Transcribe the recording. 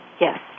Yes